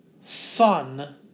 son